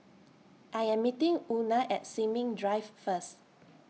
I Am meeting Una At Sin Ming Drive First